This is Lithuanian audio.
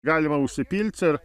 galima užsipilc ir